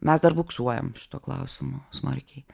mes dar buksuojam su tuo klausimu smarkiai